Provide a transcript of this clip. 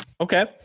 Okay